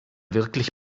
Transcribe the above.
wirklich